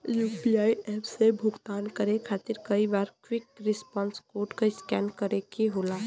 UPI app से भुगतान करे खातिर कई बार क्विक रिस्पांस कोड क स्कैन करे क होला